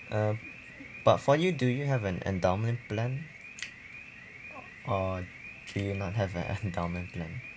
um but for you do you have an endowment plan or do you not have an endowment plan